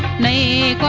may